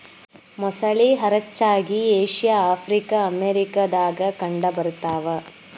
ಮೊಸಳಿ ಹರಚ್ಚಾಗಿ Asia Africa America ದಾಗ ಕಂಡ ಬರತಾವ